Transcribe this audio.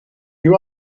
you